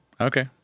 Okay